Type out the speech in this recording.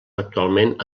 actualment